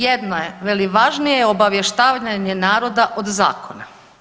Jedna je, veli važnije je obavještavanje naroda od zakona.